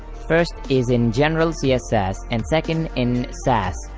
first is in general css and second in sass.